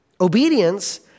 Obedience